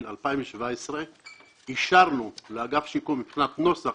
2017 אישרנו לאגף שיקום מבחינת נוסח,